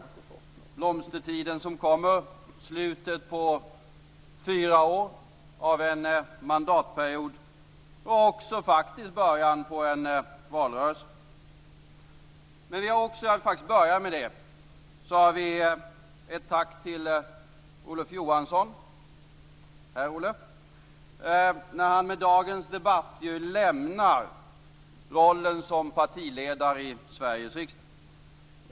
Vi har en blomstertid som kommer, slutet på en fyraårig mandatperiod och också början på en valrörelse. Men jag vill börja med ett tack till Olof Johansson, som ju med dagens debatt lämnar rollen som partiledare i Sveriges riksdag.